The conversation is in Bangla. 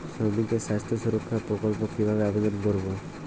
শ্রমিকের স্বাস্থ্য সুরক্ষা প্রকল্প কিভাবে আবেদন করবো?